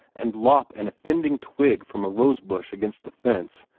and lop an offending twig from a rose-bush against the fence,